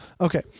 Okay